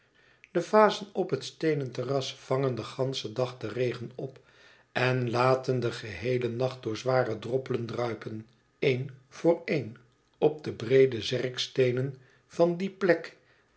de vazen op het steenen terras vangen den ganschen dag den regen op en laten den geheelen nacht door zware droppelen druipen een voor een op de breede zerksteenen van die plek